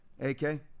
A-K